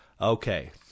Okay